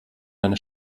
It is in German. einer